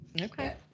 okay